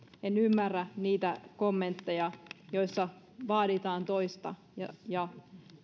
en ymmärrä niitä kommentteja joissa vaaditaan toista ja